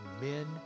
men